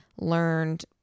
learned